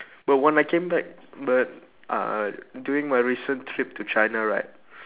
but when I came back but uh during my recent trip to china right